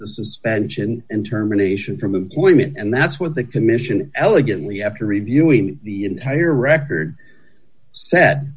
the suspension and terminations from of women and that's what the commission elegantly after reviewing the entire record sa